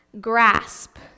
grasp